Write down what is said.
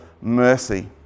mercy